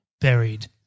Buried